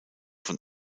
von